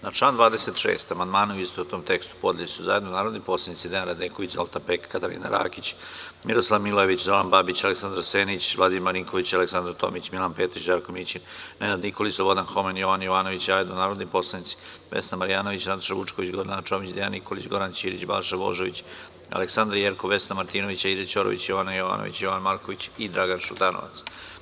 Na član 26. amandmane, u istovetnom tekstu, podneli su zajedno narodni poslanici Dejan Radenković, Zoltan Pek, Katarina Rakić, Miroslav Milojević, Zoran Babić, Aleksandar Senić, Vladimir Marinković, Aleksandra Tomić, Milan Petrić, Žarko Mićin, Nenad Nikolić, Slobodan Homen i Ivan Jovanović i zajedno narodni poslanici Vesna Marjanović, Nataša Vučković, Gordana Čomić, Dejan Nikolić, Goran Ćirić, Balša Božović, Aleksandra Jerkov, Vesna Martinović, Aida Ćorović, Jovana Jovanović, Jovan Marković i Dragan Šutanovac.